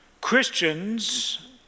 Christians